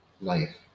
life